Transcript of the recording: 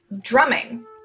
drumming